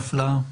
חד-משמעית.